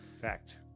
Fact